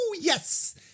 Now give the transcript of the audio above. yes